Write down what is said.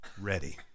ready